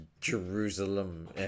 Jerusalem